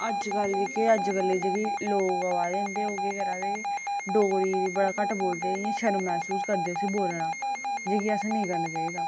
अजकल जेह्के लोग आवै दे ओह् केह् करदे डोगरी घट्ट बोला दे ओह् केह् करदे इ'यां शर्म मैसूस करदे उसी बोलना जेह्की असें नेईं करन चाहिदा